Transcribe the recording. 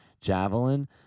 javelin